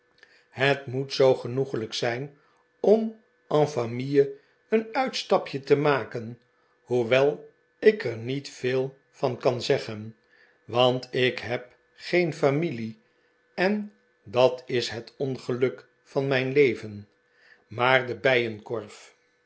het moet zoo genoeglijk zijn om en famille een uitstapje te maken hoewel ik er niet veel van kan zeggen want ik heb geen familie en dat is het ongeluk van mijn leven maar de